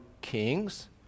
Kings